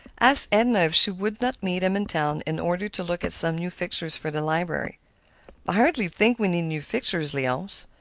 asked edna if she would not meet him in town in order to look at some new fixtures for the library. i hardly think we need new fixtures, leonce.